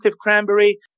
cranberry